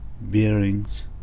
bearings